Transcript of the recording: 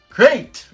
Great